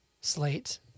slate